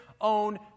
own